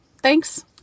Thanks